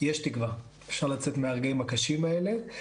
יש תקווה, אפשר לצאת מהרגעים הקשים האלה.